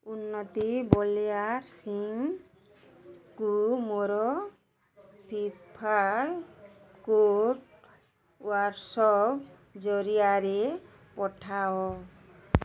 ଉନ୍ନତି ବଳିଆରସିଂହଙ୍କୁ ମୋର ହ୍ଵାଟ୍ସଆପ୍ ଜରିଆରେ ପଠାଅ